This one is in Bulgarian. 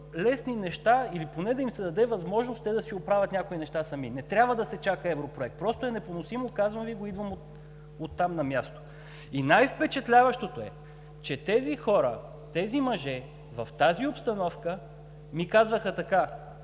лесни неща или поне да им се даде възможност те да си оправят някои неща сами. Не трябва да се чака европроект, просто е непоносимо – казвам Ви го, идвам оттам, на място. Най-впечатляващото е, че тези хора, тези мъже в тази обстановка ми казваха така: